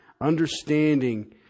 Understanding